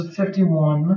51